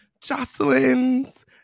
Jocelyn's